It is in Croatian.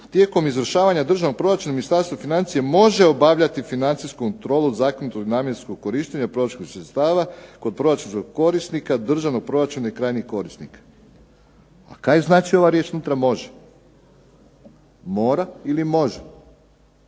tijekom izvršavanja Državnog proračuna Ministarstvo financija može obavljati financijsku kontrolu zakonitog namjenskog korištenja proračunskih sredstava kod proračunskog korisnika, Državnog proračuna i proračunskih korisnika. A kaj znači ova riječ unutra može? Mora ili može?